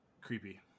creepy